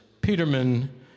Peterman